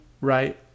right